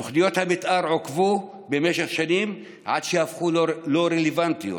תוכניות המתאר עוכבו במשך שנים עד שהפכו ללא רלוונטיות,